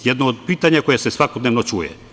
Jedno od pitanja koje se svakodnevnog čuje.